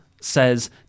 says